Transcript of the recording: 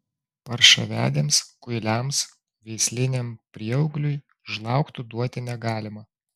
paršavedėms kuiliams veisliniam prieaugliui žlaugtų duoti negalima